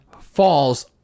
falls